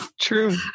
True